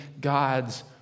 God's